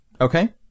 Okay